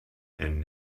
and